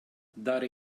dare